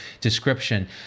description